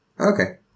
Okay